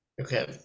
Okay